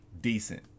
Decent